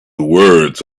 words